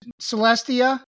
Celestia